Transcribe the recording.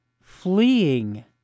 fleeing